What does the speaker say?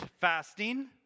fasting